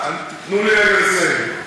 תנו לי רגע לסיים.